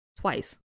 twice